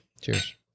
Cheers